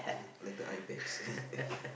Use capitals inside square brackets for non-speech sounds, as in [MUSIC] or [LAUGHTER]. like the ice packs [LAUGHS]